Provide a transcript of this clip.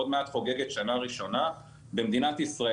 עוד מעט חוגגת שנה ראשונה במדינת ישראל.